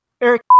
eric